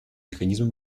механизмы